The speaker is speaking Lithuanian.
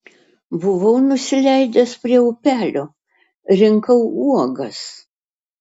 buvau nusileidęs prie upelio rinkau uogas